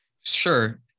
Sure